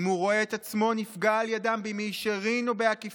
אם הוא רואה את עצמו נפגע על ידם במישרין או בעקיפין,